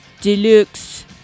Deluxe